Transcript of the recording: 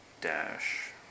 dash